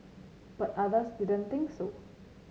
but others didn't think so